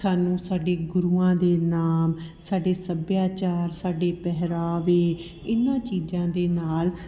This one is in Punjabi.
ਸਾਨੂੰ ਸਾਡੇ ਗੁਰੂਆਂ ਦੇ ਨਾਮ ਸਾਡੇ ਸੱਭਿਆਚਾਰ ਸਾਡੇ ਪਹਿਰਾਵੇ ਇਹਨਾਂ ਚੀਜ਼ਾਂ ਦੇ ਨਾਲ